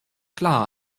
klar